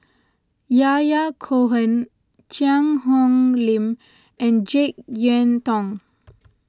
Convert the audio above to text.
Yahya Cohen Cheang Hong Lim and Jek Yeun Thong